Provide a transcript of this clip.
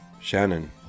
Shannon